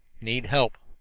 need help.